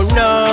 no